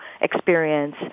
experience